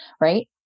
right